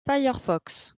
firefox